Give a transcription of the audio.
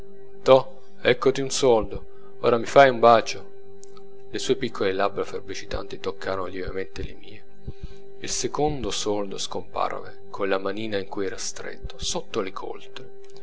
eccoti un soldo ora mi fai un bacio le sue piccole labbra febbricitanti toccarono lievemente le mie il secondo soldo scomparve con la manina in cui era stretto sotto le coltri